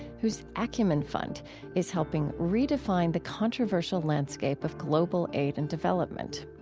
whose acumen fund is helping redefine the controversial landscape of global aid and development.